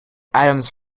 adams